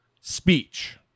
speech